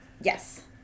Yes